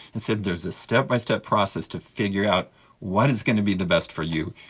instead there is a step-by-step process to figure out what is going to be the best for you,